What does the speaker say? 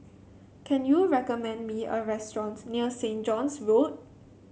can you recommend me a restaurant near Saint John's Road